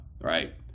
Right